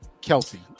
kelsey